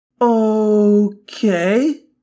Okay